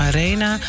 Arena